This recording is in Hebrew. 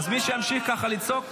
מי שימשיך לצעוק ככה,